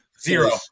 Zero